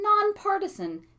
nonpartisan